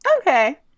Okay